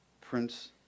Prince